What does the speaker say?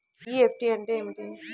NEFT అంటే ఏమిటీ?